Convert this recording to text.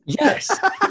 Yes